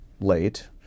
late